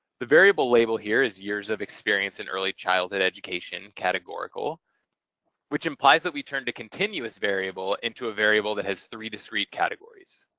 the variable label here is, years of experience in early childhood education, categorical which implies that we turned a continuous variable into a variable that has three discrete categories.